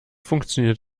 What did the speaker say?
funktioniert